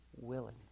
willing